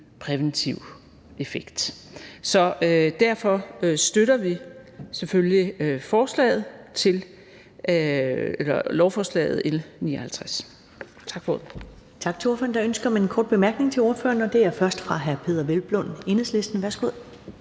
præventiv effekt. Så derfor støtter vi selvfølgelig lovforslag L 59. Tak for ordet.